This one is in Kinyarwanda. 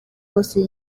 bose